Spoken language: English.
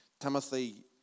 Timothy